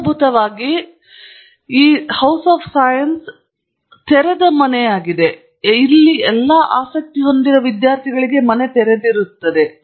ಮೂಲಭೂತವಾಗಿ ಇದು ತೆರೆದ ಮನೆಯಾಗಿದೆ ಇದು ಎಲ್ಲಾ ಆಸಕ್ತಿ ಹೊಂದಿರುವ ವಿದ್ಯಾರ್ಥಿಗಳು ತೆರೆದಿರುತ್ತದೆ